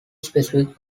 specific